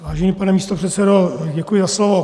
Vážený pane místopředsedo, děkuji za slovo.